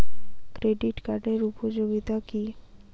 Credit কার্ডের উপযোগিতা কি?